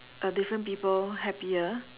uh different people happier